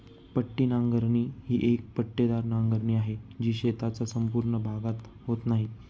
पट्टी नांगरणी ही एक पट्टेदार नांगरणी आहे, जी शेताचा संपूर्ण भागात होत नाही